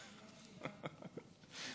לא משיבה.